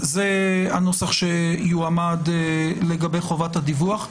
זה הנוסח שיועמד לגבי חובת הדיווח.